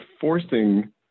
forcing